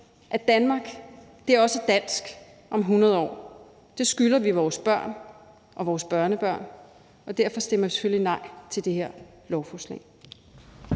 at Danmark også er dansk om 100 år. Det skylder vi vores børn og vores børnebørn, og derfor stemmer vi selvfølgelig nej til det her lovforslag.